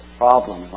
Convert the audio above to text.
problem